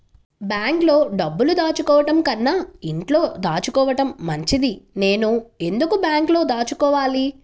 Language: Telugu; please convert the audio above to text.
బ్యాంక్లో డబ్బులు దాచుకోవటంకన్నా ఇంట్లో దాచుకోవటం మంచిది నేను ఎందుకు బ్యాంక్లో దాచుకోవాలి?